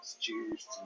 Cheers